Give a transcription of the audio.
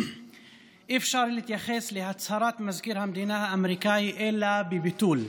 אי-אפשר להתייחס להצהרת מזכיר המדינה האמריקני אלא בביטול.